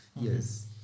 Yes